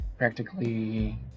Practically